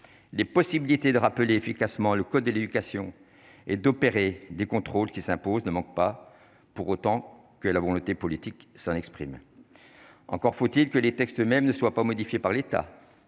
les possibilités de rappeler efficacement le code de l'éducation et d'opérer des contrôles qui s'impose, ne manquent pas pour autant que l'avant le thé politique ça n'exprime encore faut-il que les textes eux-mêmes ne soit pas modifié par l'État,